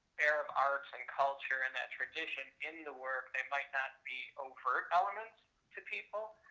arab arts and culture in that tradition in the work, they might not be overt elements to people.